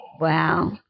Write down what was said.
Wow